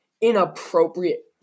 inappropriate